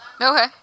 Okay